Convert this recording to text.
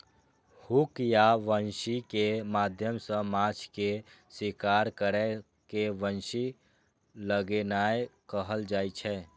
hook या बंसी के माध्यम सं माछ के शिकार करै के बंसी लगेनाय कहल जाइ छै